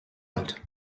alt